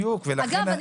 אגב,